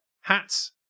Hats